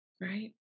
Right